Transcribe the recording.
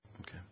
Okay